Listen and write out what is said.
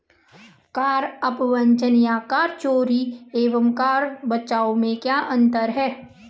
कर अपवंचन या कर चोरी एवं कर बचाव में क्या अंतर है?